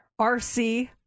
rc